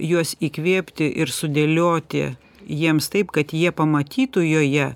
juos įkvėpti ir sudėlioti jiems taip kad jie pamatytų joje